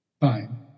Fine